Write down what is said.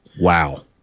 Wow